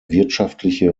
wirtschaftliche